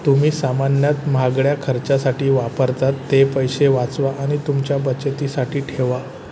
तुम्ही सामान्यत महागड्या खर्चासाठी वापरतात ते पैसे वाचवा आणि तुमच्या बचतीसाठी ठेवा